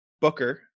Booker